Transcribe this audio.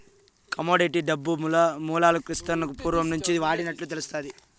commodity డబ్బు మూలాలు క్రీస్తునకు పూర్వం నుంచే వాడినట్లు తెలుస్తాది